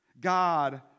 God